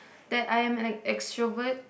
that I'm an extrovert